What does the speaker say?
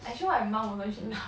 I show my mum also she laugh